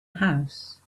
house